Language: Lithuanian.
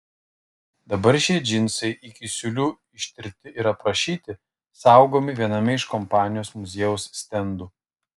dabar šie džinsai iki siūlių ištirti ir aprašyti saugomi viename iš kompanijos muziejaus stendų